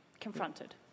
confronted